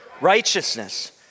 righteousness